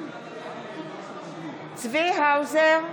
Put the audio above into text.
צבי האוזר,